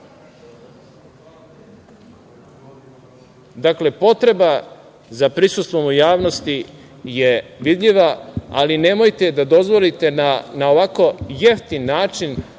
rokova. Dakle, potreba za prisustvom u javnosti je vidljiva, ali nemojte da dozvolite na ovako jeftin način